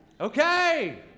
Okay